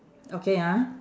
okay ah